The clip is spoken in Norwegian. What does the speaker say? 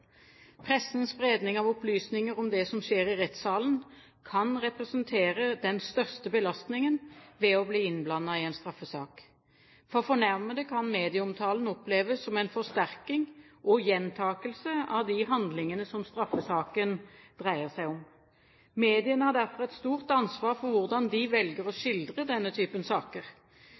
Pressens spredning av opplysninger om det som skjer i rettssalen, kan representere den største belastningen ved å bli innblandet i en straffesak. For fornærmede kan medieomtalen oppleves som en forsterkning og gjentakelse av de handlingene som straffesaken dreier seg om. Mediene har derfor et stort ansvar for hvordan de velger å skildre denne type saker.